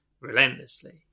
relentlessly